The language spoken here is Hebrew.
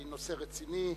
זה נושא רציני.